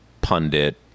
pundit